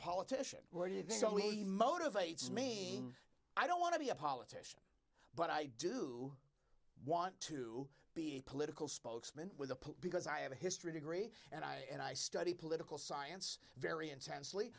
politician what do you think so he motivates me i don't want to be a politician but i do i want to be a political spokesman with a pool because i have a history degree and i and i study political science very intensely